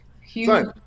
huge